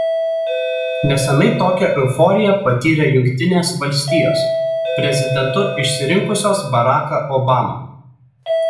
neseniai tokią euforiją patyrė jungtinės valstijos prezidentu išsirinkusios baracką obamą